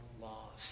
lost